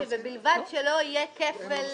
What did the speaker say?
אנחנו נרצה להכניס לנוסח: ובלבד שלא יהיה כפל